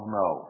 no